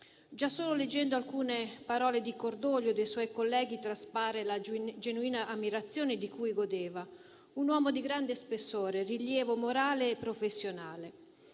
Già solo leggendo alcune parole di cordoglio dei suoi colleghi traspare la genuina ammirazione di cui godeva: un uomo di grande spessore, rilievo morale e professionale.